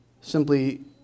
simply